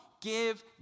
give